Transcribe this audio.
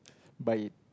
buy it